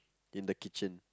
in the kitchen